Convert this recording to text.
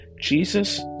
Jesus